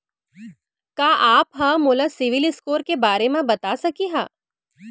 का आप हा मोला सिविल स्कोर के बारे मा बता सकिहा?